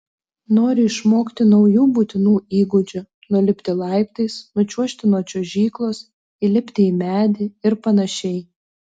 nori išmokti naujų būtinų įgūdžių nulipti laiptais nučiuožti nuo čiuožyklos įlipti į medį ir panašiai